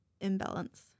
imbalance